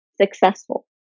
successful